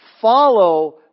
follow